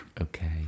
Okay